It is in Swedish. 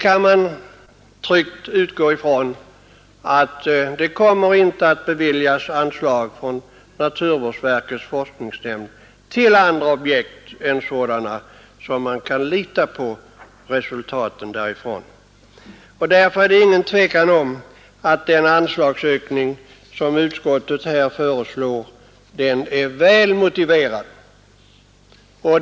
Man kan tryggt utgå ifrån att naturvårdsverkets forskningsnämnd inte kommer att bevilja anslag till andra objekt än sådana vilkas resultat man kan lita på. Därför är det intet tvivel om att den anslagsökning som utskottet här föreslår är väl motiverad.